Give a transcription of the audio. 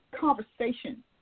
conversation